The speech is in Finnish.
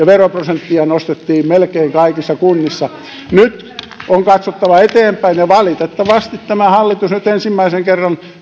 veroprosenttia nostettiin melkein kaikissa kunnissa nyt on katsottava eteenpäin ja valitettavasti tämä hallitus nyt ensimmäisen kerran